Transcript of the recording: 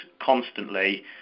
constantly